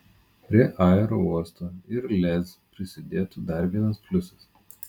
prie aerouosto ir lez prisidėtų dar vienas pliusas